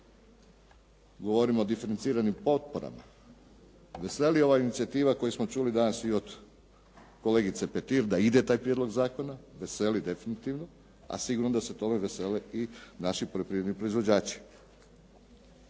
govorimo o diferenciranim potporama. Veseli ova inicijativa koju smo čuli danas svi od kolegice Petir da ide taj prijedlog zakona, veseli definitivno, a sigurno da se tome vesele i naši poljoprivredni proizvođači.